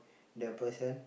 that person